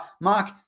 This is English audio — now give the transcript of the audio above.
Mark